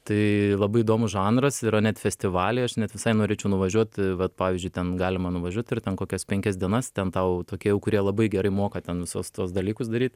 tai labai įdomus žanras yra net festivaliai aš net visai norėčiau nuvažiuot vat pavyzdžiui ten galima nuvažiuot ir ten kokias penkias dienas ten tau tokie jau kurie labai gerai moka ten visus tuos dalykus daryt